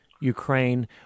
Ukraine